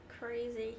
Crazy